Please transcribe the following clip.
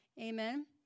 Amen